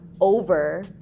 over